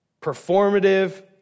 performative